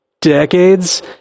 decades